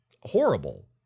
horrible